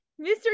Mr